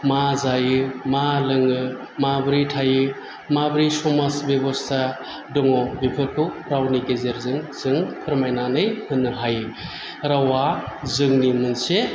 मा जायो मा लोङो माबोरै थायो माबोरै समाज बेबस्था दङ बेफोरखौ रावनि गेजेरजों जों फोरमायनानै होनो हायो रावा जोंनि मोनसे